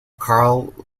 carl